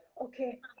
okay